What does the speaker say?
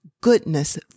goodness